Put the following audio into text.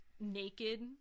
naked